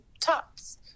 tops